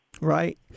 Right